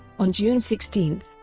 on june sixteen,